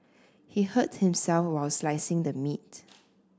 he hurt himself while slicing the meat